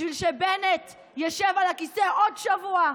בשביל שבנט ישב על הכיסא עוד שבוע,